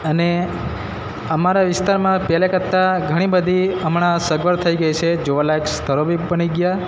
અને અમારા વિસ્તારમાં પહેલે કરતાં ઘણી બધી હમણાં સગવડ થઈ ગઈ છે જોવાલાયક સ્થળો બી બની ગયાં